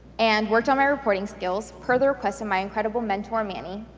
and worked on my reporting skills, per the request of my incredible mentor manny,